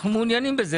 אנחנו מעוניינים בזה.